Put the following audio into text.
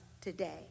today